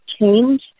change